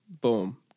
Boom